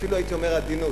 אפילו הייתי אומר עדינות.